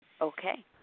Okay